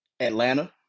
Atlanta